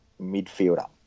midfielder